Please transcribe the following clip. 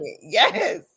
Yes